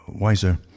Wiser